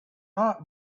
not